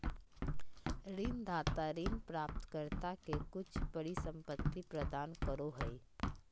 ऋणदाता ऋण प्राप्तकर्ता के कुछ परिसंपत्ति प्रदान करो हइ